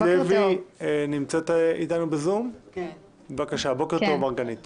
נעבור לסעיף ה': בקשת הממשלה להקדמת